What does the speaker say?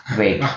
wait